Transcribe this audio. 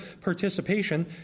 participation